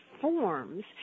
forms